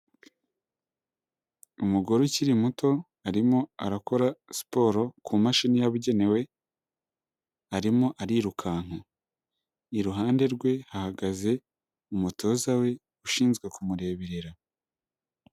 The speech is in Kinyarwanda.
Umugore ukiri muto arimo arakora siporo ku mashini yabugenewe arimo arirukanka iruhande rwe hagaze umutoza we ushinzwe kumureberera.